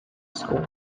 score